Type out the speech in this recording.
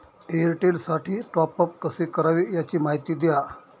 एअरटेलसाठी टॉपअप कसे करावे? याची माहिती द्या